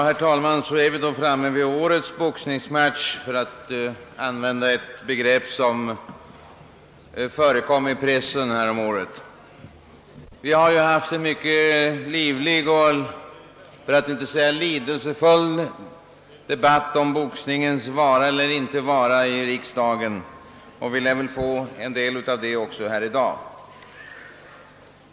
Herr talman! Vi är nu framme vid årets boxningsmatch, för att använda ett uttryck som förekom i pressen häromåret. Vi har ju i riksdagen alltid haft en mycket livlig, för att inte säga lidelsefull debatt om boxningens vara eller inte vara, och vi lär få något av det också här i dag.